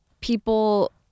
people